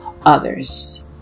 others